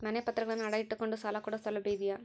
ಮನೆ ಪತ್ರಗಳನ್ನು ಅಡ ಇಟ್ಟು ಕೊಂಡು ಸಾಲ ಕೊಡೋ ಸೌಲಭ್ಯ ಇದಿಯಾ?